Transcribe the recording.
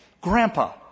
Grandpa